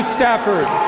Stafford